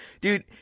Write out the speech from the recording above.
Dude